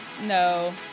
No